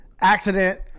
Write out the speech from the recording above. accident